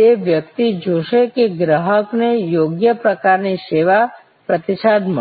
તે વ્યક્તિ જોશે કે ગ્રાહકને યોગ્ય પ્રકારની સેવા પ્રતિસાદ મળે